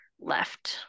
left